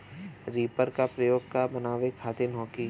Reaper का प्रयोग का बनावे खातिन होखि?